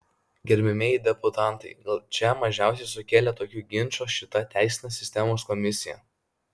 gerbiamieji deputatai gal čia mažiausiai sukėlė tokių ginčų šita teisinės sistemos komisija